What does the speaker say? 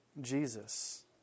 Jesus